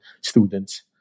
students